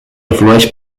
aflueix